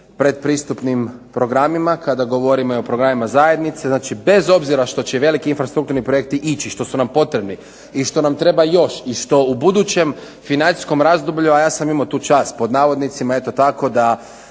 pretpristupnim programima, kada govorimo i o programima zajednice, znači bez obzira što će i veliki infrastrukturni projekti ići, što su nam potrebni i što nam treba još i što u budućem financijskom razdoblju, a ja sam imao tu "čast" pod navodnicima, eto tako da